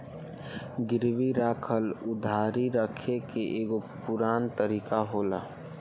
गिरवी राखल उधारी रखे के एगो पुरान तरीका होला